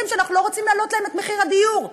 שאנחנו לא רוצים להעלות להם את מחיר הדיור.